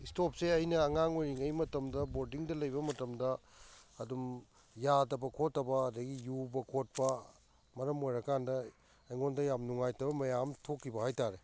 ꯁ꯭ꯇꯣꯞꯁꯦ ꯑꯩꯅ ꯑꯉꯥꯡ ꯑꯣꯏꯔꯤꯉꯩ ꯃꯇꯝꯗ ꯕꯣꯔꯗꯤꯡꯗ ꯂꯩꯕ ꯃꯇꯝꯗ ꯑꯗꯨꯝ ꯌꯥꯗꯕ ꯈꯣꯠꯇꯕ ꯑꯗꯩꯒꯤ ꯌꯨꯕ ꯈꯣꯠꯄ ꯃꯔꯝ ꯑꯣꯏꯔ ꯀꯥꯟꯗ ꯑꯩꯉꯣꯟꯗ ꯌꯥꯝ ꯅꯨꯡꯉꯥꯏꯇꯕ ꯃꯌꯥꯝ ꯑꯃ ꯊꯣꯛꯈꯤꯕ ꯍꯥꯏꯇꯥꯔꯦ